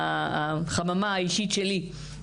החממה האישית שלי.